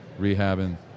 rehabbing